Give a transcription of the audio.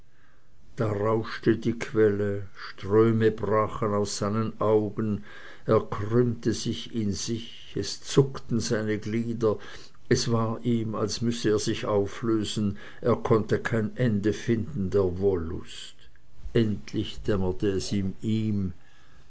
da rauschte die quelle ströme brachen aus seinen augen er krümmte sich in sich es zuckten seine glieder es war ihm als müsse er sich auflösen er konnte kein ende finden der wollust endlich dämmerte es in ihm